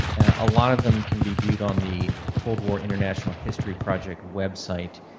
a lot of them can be viewed on the cold war international history project website.